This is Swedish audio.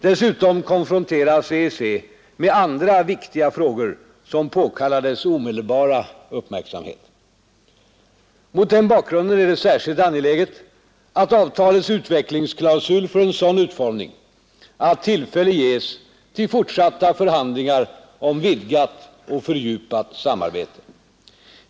Dessutom konfronteras EEC med andra viktiga frågor som påkallar dess omedelbara uppmärksamhet. Mot den bakgrunden är det särskilt angeläget att avtalets utvecklingsklausul får en sådan utformning att tillfälle ges till fortsatta förhandlingar om vidgat och fördjupat samarbete.